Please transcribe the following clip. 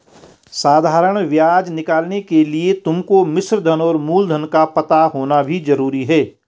साधारण ब्याज निकालने के लिए तुमको मिश्रधन और मूलधन का पता होना भी जरूरी है